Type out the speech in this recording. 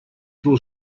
will